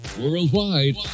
worldwide